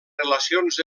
relacions